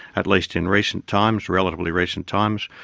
at least in recent times, relatively recent times,